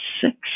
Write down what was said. six